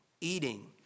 eating